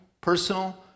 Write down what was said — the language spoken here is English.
personal